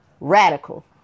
Radical